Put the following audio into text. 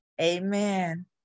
Amen